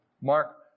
Mark